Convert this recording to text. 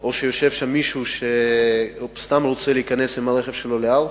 או שיושב שם מישהו שסתם רוצה להיכנס עם הרכב שלו להר.